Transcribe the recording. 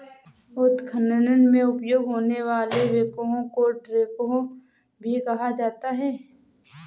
उत्खनन में उपयोग होने वाले बैकहो को ट्रैकहो भी कहा जाता है